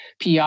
PR